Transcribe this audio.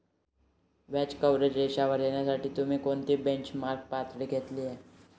व्याज कव्हरेज रेशोवर येण्यासाठी तुम्ही कोणती बेंचमार्क पातळी घेतली आहे?